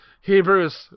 Hebrews